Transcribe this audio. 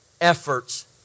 efforts